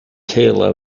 kayla